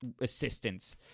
assistance